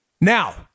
Now